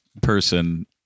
person